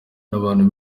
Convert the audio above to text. n’abantu